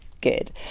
good